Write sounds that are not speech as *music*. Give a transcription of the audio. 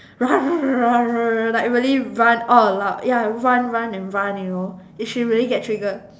*noise* like really run all aloud ya run run and run you know if she really get triggered